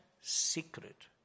secret